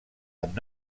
amb